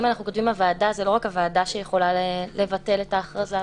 אם אנחנו כותבים "הוועדה" זה לא רק הוועדה שיכולה לבטל את ההכרזה,